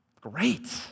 great